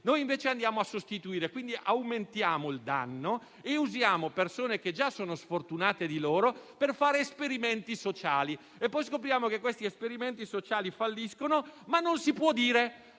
Noi, invece, andiamo a sostituire e, quindi, aumentiamo il danno e usiamo persone già di per sé sfortunate per fare esperimenti sociali; e poi scopriamo che questi esperimenti sociali falliscono, ma non si può dire